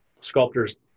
sculptors